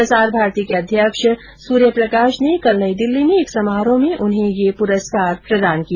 प्रसार भारती के अध्यक्ष सूर्य प्रकाश ने कल नई दिल्ली में एक समारोह में उन्हें यह पुरस्कार प्रदान किया